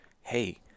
hey